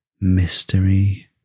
mystery